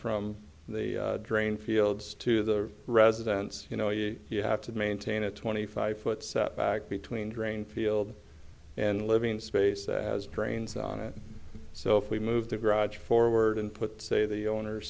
from the drain fields to the residence you know you you have to maintain a twenty five foot setback between drain field and living space as drains on it so if we move the garage forward and put say the owners